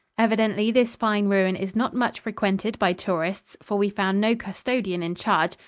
evidently this fine ruin is not much frequented by tourists, for we found no custodian in charge,